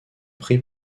pris